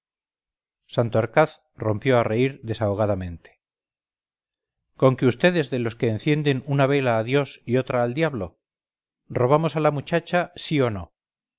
santorcaz rompió a reír desahogadamente conque vd es de los que encienden una vela a dios y otra al diablo robamos a la muchacha sí o no